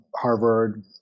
Harvard